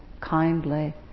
kindly